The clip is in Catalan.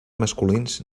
masculins